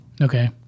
Okay